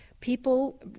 People